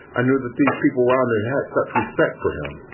i knew that these people around there had such respect for him,